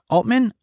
Altman